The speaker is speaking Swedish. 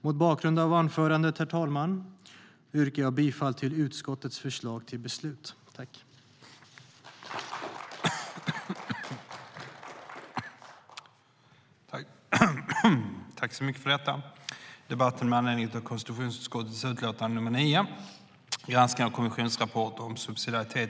Mot bakgrund av det jag anfört yrkar jag bifall till utskottets förslag till beslut.